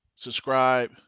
Subscribe